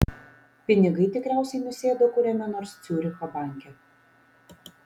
pinigai tikriausiai nusėdo kuriame nors ciuricho banke